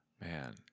Man